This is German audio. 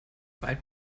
weit